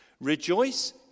Rejoice